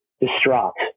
distraught